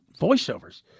voiceovers